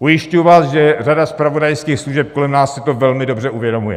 Ujišťuji vás, že řada zpravodajských služeb kolem nás si to velmi dobře uvědomuje.